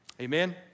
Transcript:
Amen